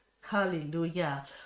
Hallelujah